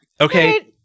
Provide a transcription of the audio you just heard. okay